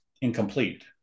incomplete